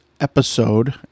episode